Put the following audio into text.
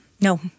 No